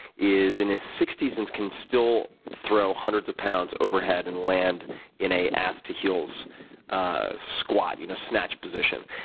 is in his sixty s and can still throw hundreds of pounds overhead and land in an ass to heels ah squat, you know snatch position.